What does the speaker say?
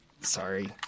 Sorry